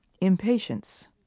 Impatience